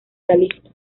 realista